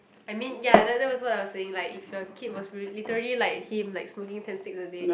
I mean ya that that was what I was saying like if your kid was real literally like him like smoking ten sticks a day